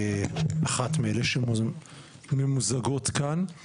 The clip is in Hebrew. אחת מאלה שממוזגות כאן,